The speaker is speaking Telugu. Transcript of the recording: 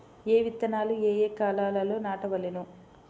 ఏ విత్తనాలు ఏ కాలాలలో నాటవలెను?